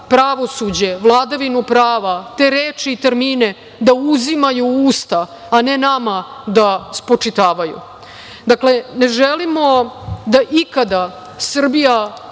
pravosuđe, vladavinu prava, te reči, termine da uzimaju u usta, a ne nama da spočitavaju. Ne želimo da ikada Srbija